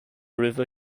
river